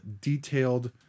detailed